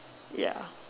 ya